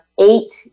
eight